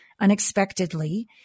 unexpectedly